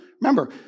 Remember